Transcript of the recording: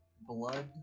blood